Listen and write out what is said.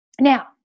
Now